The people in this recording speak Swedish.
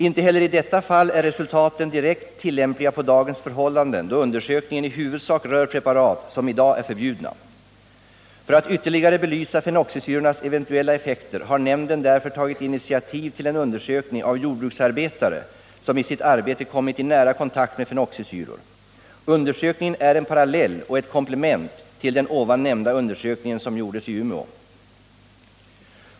Inte heller i detta fall är resultaten direkt tillämpbara på dagens förhållanden, då undersökningen i huvudsak rörde preparat som i dag är förbjudna. För att ytterligare belysa fenoxisyrornas eventuella effekter har nämnden därför tagit initiativ till en undersökning av jordbruksarbetare som i sitt arbete kommit i nära kontakt med fenoxisyror. Undersökningen är en parallell och ett komplement till den nyss nämnda undersökningen, som gjordes i Umeå.